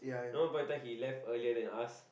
one point of time he left earlier than us